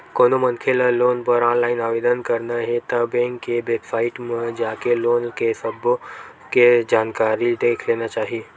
कोनो मनखे ल लोन बर ऑनलाईन आवेदन करना हे ता बेंक के बेबसाइट म जाके लोन के सब्बो के जानकारी देख लेना चाही